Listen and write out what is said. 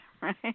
right